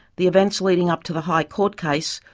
the events leading up to the high court case,